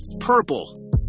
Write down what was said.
Purple